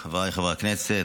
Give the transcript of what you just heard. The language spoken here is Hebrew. חבריי חברי הכנסת,